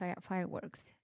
fireworks